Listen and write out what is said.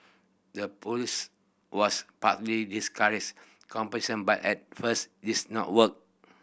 the policy was partly discourage competition but at first this not work